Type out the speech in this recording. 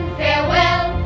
farewell